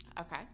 okay